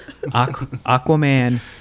Aquaman